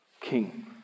King